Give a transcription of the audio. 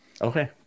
okay